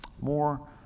more